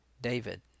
David